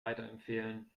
weiterempfehlen